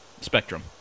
spectrum